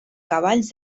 cavalls